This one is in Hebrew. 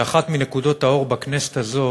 שאחת מנקודות האור בכנסת הזאת